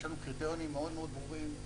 יש לנו קריטריונים מאוד מאוד ברורים.